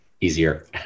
easier